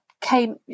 came